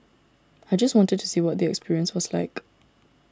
I just wanted to see what the experience was like